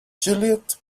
juliet